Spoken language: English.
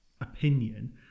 opinion